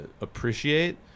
appreciate